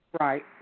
right